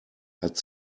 hat